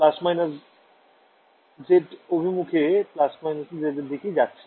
ঠিক আছে এটা z -অভিমুখে ± z এর দিকে যাচ্ছে